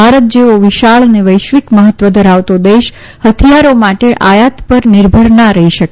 ભારત જેવો વિશાળ અને વૈશ્વિક મહત્વ ધરાવતો દેશ હથિયારો માટે આયાત પર નિર્ભર ના રહી શકે